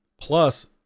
plus